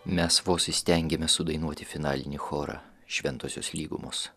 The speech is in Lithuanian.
mes vos įstengėme sudainuoti finalinį chorą šventosios lygumos